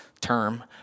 term